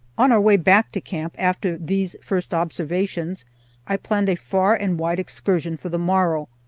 on our way back to camp after these first observations i planned a far-and-wide excursion for the morrow.